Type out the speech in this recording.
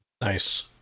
nice